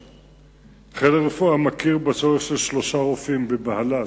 חיל הרפואה מכיר בצורך בשלושה רופאים בבהל"צ,